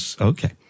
Okay